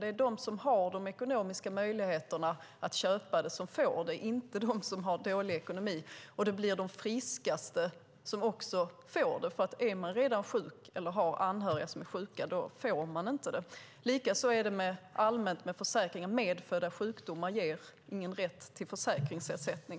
Det är de som har de ekonomiska möjligheterna att köpa dem som får dem, inte de som har dålig ekonomi, och det blir de friskaste som får dem; är man redan sjuk eller har anhöriga som är sjuka får man ingen försäkring. Likadant är det allmänt med försäkringar. Medfödda sjukdomar ger ingen rätt till försäkringsersättning.